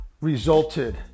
resulted